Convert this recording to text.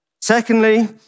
Secondly